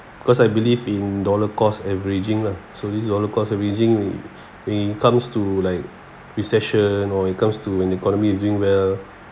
cause I believe in dollar cost averaging lah so this dollar cost averaging when it comes to like recession or it comes to when economy is doing well